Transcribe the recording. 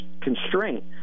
constraint